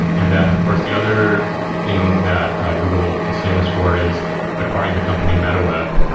and and of course, the other thing that google is famous for is acquiring the company metaweb,